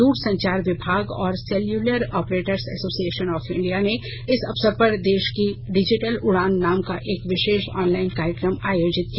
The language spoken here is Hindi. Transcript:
द्रसंचार विभाग और cellular operators association of India ने इस अवसर पर देश की डिजिटल उड़ान नाम का एक विशेष ऑनलाइन कार्यक्रम आयोजित किया